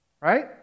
right